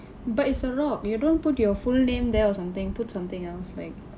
but it's a rock you don't put your full name there or something put something else like